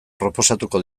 proposatuko